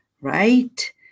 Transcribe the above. right